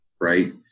right